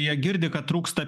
jie girdi kad trūksta